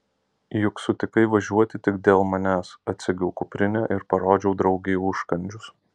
juk sutikai važiuoti tik dėl manęs atsegiau kuprinę ir parodžiau draugei užkandžius